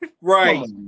Right